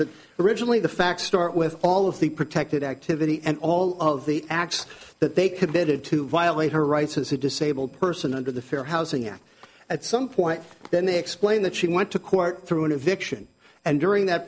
but originally the facts start with all of the protected activity and all of the acts that they committed to violate her rights as a disabled person under the fair housing act at some point then they explain that she went to court through an eviction and during that